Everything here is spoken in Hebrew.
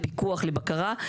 לפיקוח, לבקרה.